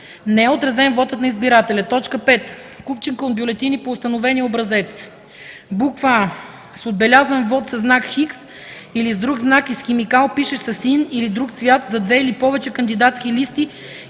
не е отразен вотът на избирателя; 5. купчинка от бюлетини по установения образец: а) с отбелязан вот със знак „Х” или с друг знак и с химикал, пишещ със син или друг цвят, за две или повече кандидатски листи